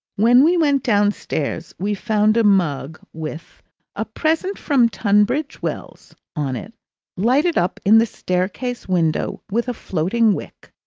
when we went downstairs we found a mug with a present from tunbridge wells on it lighted up in the staircase window with a floating wick,